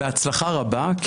בהצלחה רבה,